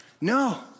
No